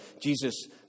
Jesus